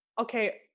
okay